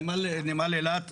נמל אילת,